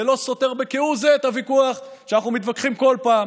זה לא סותר כהוא זה את הוויכוח שאנחנו מתווכחים כל פעם,